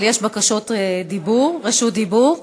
אבל יש בקשות רשות דיבור.